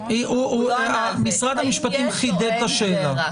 משרד המשפטים חידד את השאלה.